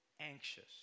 anxious